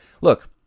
look